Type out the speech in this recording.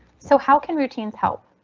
so how can routines help?